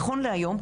נכון להיום,